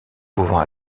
pouvant